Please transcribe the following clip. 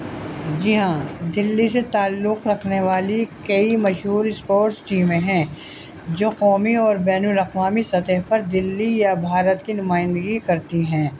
جی ہاں دلی سے تعلق رکھنے والی کئی مشہور اسپورٹس ٹیمیں ہیں جو قومی اور بین الاقوامی سطح پر دلی یا بھارت کی نمائندگی کرتی ہیں